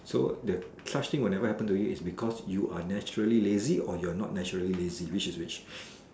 so the such thing that happens to you is because you are naturally lazy or you are not naturally lazy which is which